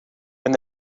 when